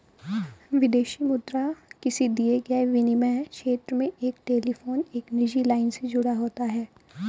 विदेशी मुद्रा किसी दिए गए विनिमय क्षेत्र में एक टेलीफोन एक निजी लाइन से जुड़ा होता है